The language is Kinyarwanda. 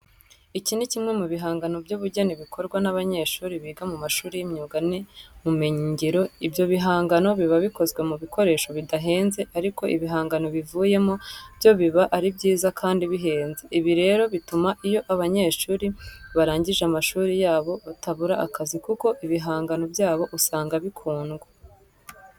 Iki ni kimwe mu bihangano by'ubugeni bikorwa n'abanyeshuri biga mu mashuri y'imyuga n'ibumenyingiro. Ibyo bihangano biba bikozwe mu bikoresho bidahenze ariko ibihangano bivuyemo byo biba ari byiza kandi bihenze. Ibi rero bituma iyo aba banyeshuri barangije amashuri yabo batabura akazi kuko ibihangano byabo usanga bikundwa.